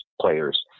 players